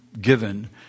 given